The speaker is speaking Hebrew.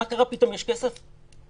פתאום יש כסף.